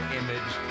image